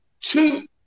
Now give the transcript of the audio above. two